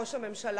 ראש הממשלה,